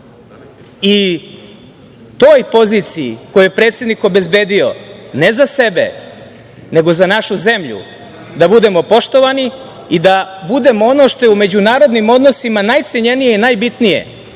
i toj poziciji koju je predsednik obezbedio ne za sebe, nego za našu zemlju, da budemo poštovani i da budemo ono što je u međunarodnim odnosima najcenjenije i najbitnije,